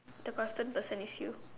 the constant person is you